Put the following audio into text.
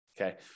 Okay